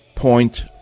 Point